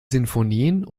sinfonien